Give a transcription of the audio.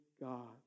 God